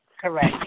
Correct